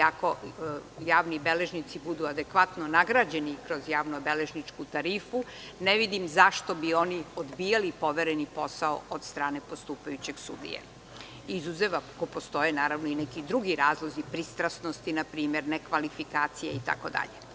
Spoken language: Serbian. Ako javni beležnici budu adekvatno nagrađeni kroz javno-beležničku tarifu, ne vidim zašto bi oni odbijali povereni posao od strane postupajućeg sudije, izuzev ako postoje, naravno, neki drugi razlozi, npr. pristrasnost, nekvalifikacija itd.